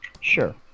Sure